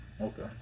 Okay